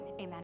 amen